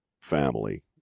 family